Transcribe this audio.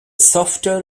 software